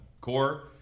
core